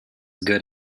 good